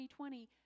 2020